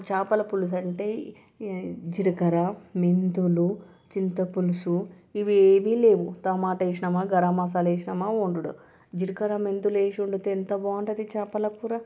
చేపల పులుసు అంటే జీలకర్ర మెంతులు చింత పులుసు ఇవేవీ లేవు టమాట వేసామా గరం మసాలా వేసామా వండటం జీలకర్ర మెంతులు వేసి వండితే ఎంత బాగుంటుంది చేపల కూర